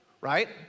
right